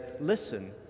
Listen